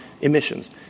emissions